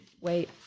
wait